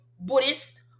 Buddhist